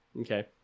Okay